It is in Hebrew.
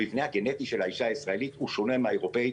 המבנה הגנטי של האישה הישראלית הוא שונה מהאירופית,